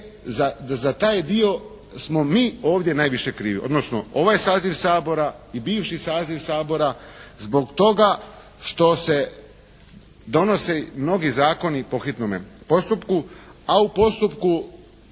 za taj dio smo mi ovdje najviše krivi, odnosno ovaj saziv Sabora i bivši saziv Sabora zbog toga što se donose mnogi zakoni po hitnome postupku, a u postupku